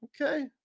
okay